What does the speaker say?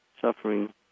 suffering